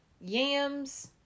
yams